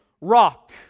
rock